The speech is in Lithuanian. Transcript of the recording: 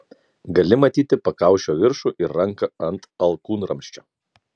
gali matyti pakaušio viršų ir ranką ant alkūnramsčio